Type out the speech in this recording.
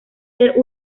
ser